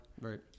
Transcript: Right